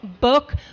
book